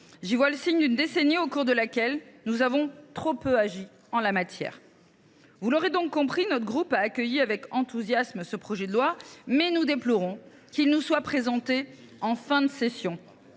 j’y vois le signe d’une décennie au cours de laquelle nous avons trop peu agi en la matière. Vous l’aurez donc compris, notre groupe a accueilli avec enthousiasme ce projet de loi. Cependant, nous déplorons qu’il nous soit présenté en fin d’année,